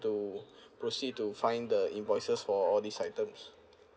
to proceed to find the invoices for all these items